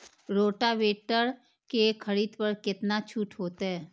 Rotavator के खरीद पर केतना छूट होते?